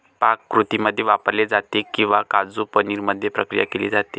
पाककृतींमध्ये वापरले जाते किंवा काजू पनीर मध्ये प्रक्रिया केली जाते